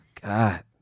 God